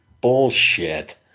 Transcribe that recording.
Bullshit